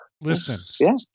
Listen